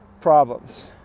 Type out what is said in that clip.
problems